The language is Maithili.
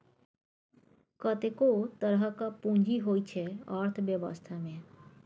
कतेको तरहक पुंजी होइ छै अर्थबेबस्था मे